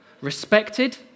Respected